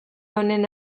honen